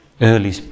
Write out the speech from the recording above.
early